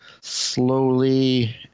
slowly